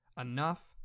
Enough